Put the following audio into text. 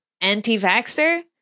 anti-vaxxer